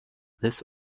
this